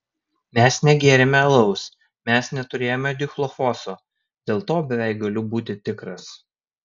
mes negėrėme alaus mes neturėjome dichlofoso dėl to beveik galiu būti tikras